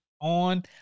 on